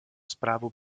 zprávu